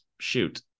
shoot